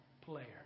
player